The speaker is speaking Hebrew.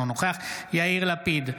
אינו נוכח יאיר לפיד,